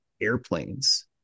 airplanes